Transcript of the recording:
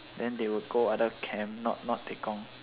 then they will go other camp not not tekong